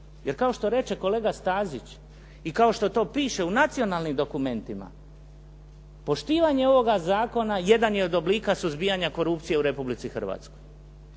Jer kao što reče kolega Stazić i kao što to piše u nacionalnim dokumentima, poštivanje ovoga zakona jedan je od oblika suzbijanja korupcije u Republici Hrvatskoj.